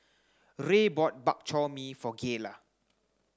Ray bought Bak Chor Mee for Gayla